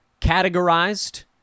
categorized